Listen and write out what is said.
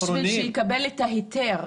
בשביל שיקבל את ההיתר.